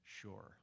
sure